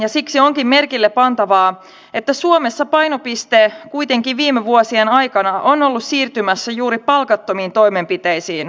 ja sitten kun me loimme uudelleen lapsivähennysjärjestelmän joka oli ollut vuosikymmeniä sitten niin sekin otetaan nyt pois